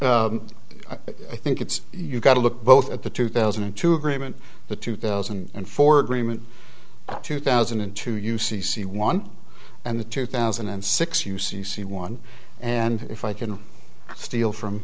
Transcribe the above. i think it's you've got to look both at the two thousand and two agreement the two thousand and four agreement two thousand and two you see see one and the two thousand and six you see see one and if i can steal from